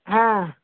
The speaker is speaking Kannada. ಹಾಂ